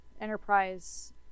enterprise